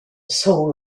soul